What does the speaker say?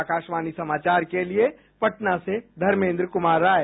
आकाशवाणी समाचार के लिए पटना से धर्मेन्द्र कुमार राय